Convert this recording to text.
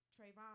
trayvon